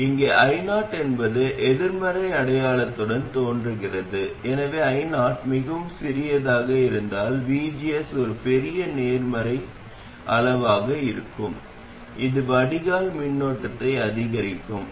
இப்போது தற்போதைய கட்டுப்பாட்டு மின்னோட்ட மூலத்தை உணர நாம் என்ன செய்கிறோம் io வெளியீட்டு மின்னோட்டத்தை ii உடன் ஒப்பிட வேண்டும்